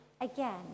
Again